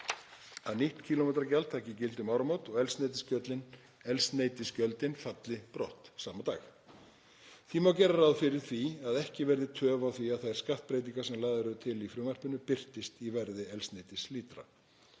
að nýtt kílómetragjald taki gildi um áramót og eldsneytisgjöld falli brott sama dag. Því má gera ráð fyrir því að ekki verði töf á því að þær skattbreytingar sem lagðar eru til í frumvarpinu birtist í verði eldsneytislítra.